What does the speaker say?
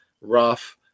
rough